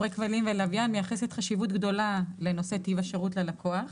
ולוויין מייחסת חשיבות גדולה לנושא טיב השירות ללקוח,